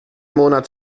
monat